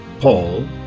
Paul